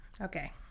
Okay